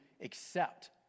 accept